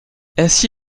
ainsi